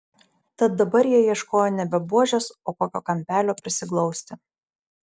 tad dabar jie ieškojo nebe buožės o kokio kampelio prisiglausti